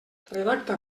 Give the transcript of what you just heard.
redacta